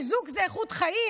איזוק זה איכות חיים.